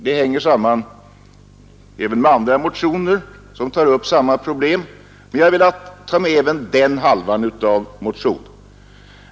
De problem som tas upp i den senare delen av motionen återfinns även i andra motioner, men jag vill här säga några ord också om dem.